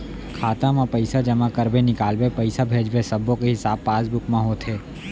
खाता म पइसा जमा करबे, निकालबे, पइसा भेजबे सब्बो के हिसाब पासबुक म होथे